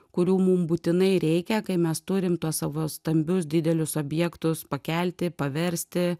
kurių mum būtinai reikia kai mes turim tuos savo stambius didelius objektus pakelti paversti